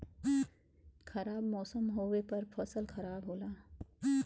खराब मौसम होवे पर फसल खराब होला